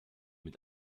mit